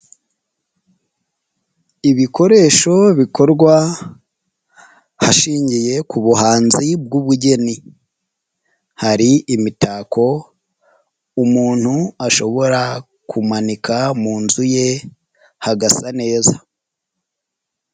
Ibikoresho bikorwa hashingiye ku buhanzi bw'ubugeni, hari imitako umuntu ashobora kumanika mu nzu ye hagasa neza.